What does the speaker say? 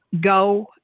go